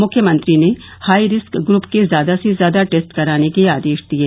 मुख्यमंत्री ने high risk group के ज्यादा से ज्यादा टेस्ट कराने के आदेश दिये